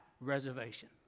reservation